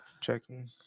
Checking